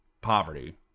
poverty